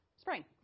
spring